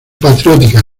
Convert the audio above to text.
patriótica